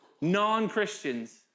non-Christians